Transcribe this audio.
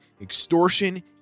extortion